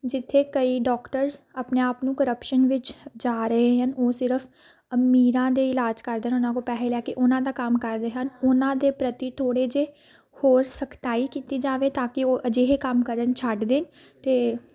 ਜਿੱਥੇ ਕਈ ਡੋਕਟਰਸ ਆਪਣੇ ਆਪ ਨੂੰ ਕਰੱਪਸ਼ਨ ਵਿੱਚ ਜਾ ਰਹੇ ਹਨ ਉਹ ਸਿਰਫ ਅਮੀਰਾਂ ਦੇ ਇਲਾਜ ਕਰਦੇ ਉਹਨਾਂ ਕੋਲ ਪੈਸੇ ਲੈ ਕੇ ਉਹਨਾਂ ਦਾ ਕੰਮ ਕਰਦੇ ਹਨ ਉਹਨਾਂ ਦੇ ਪ੍ਰਤੀ ਥੋੜ੍ਹੇ ਜਿਹੇ ਹੋਰ ਸਖਤਾਈ ਕੀਤੀ ਜਾਵੇ ਤਾਂ ਕਿ ਉਹ ਅਜਿਹੇ ਕੰਮ ਕਰਨੇ ਛੱਡ ਦੇਣ ਅਤੇ